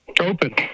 Open